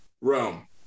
Rome